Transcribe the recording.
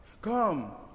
Come